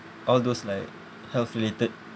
all those like health related